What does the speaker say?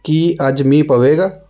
ਕੀ ਅੱਜ ਮੀਂਹ ਪਵੇਗਾ